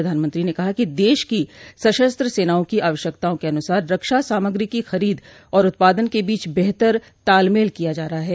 प्रधानमंत्री ने कहा कि देश की सशस्त्र सेनाओं की आवश्यकताओं के अनुसार रक्षा सामग्री की खरीद और उत्पादन के बीच बेहतर तालमेल किया जा रहा है